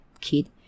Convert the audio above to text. kid